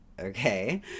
okay